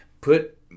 put